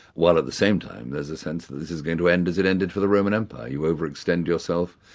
while at the same time there's a sense of this is going to end as it ended for the roman empire. you over-extend yourself,